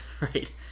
Right